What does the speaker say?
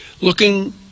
looking